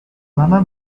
lama